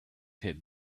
had